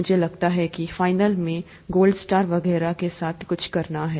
मुझे लगता है कि फाइनल में गोल्ड स्टार वगैरह के साथ कुछ करना है